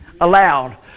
aloud